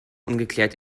ungeklärt